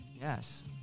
Yes